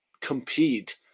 compete